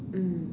mm